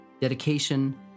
Dedication